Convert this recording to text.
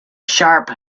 sharp